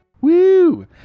Woo